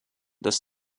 des